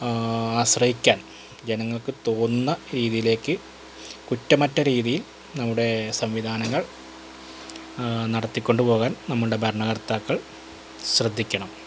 ആശ്രയിക്കാൻ ജനങ്ങൾക്ക് തോന്നുന്ന രീതിയിലേക്ക് കുറ്റമറ്റ രീതിയിൽ നമ്മുടെ സംവിധാനങ്ങൾ നടത്തി കൊണ്ട് പോകാൻ നമ്മളുടെ ഭരണ കർത്താക്കൾ ശ്രദ്ധിക്കണം